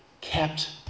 kept